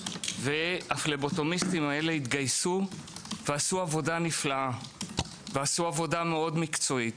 והם התגייסו ועשו עבודה נפלאה ועבודה מאוד מקצועית.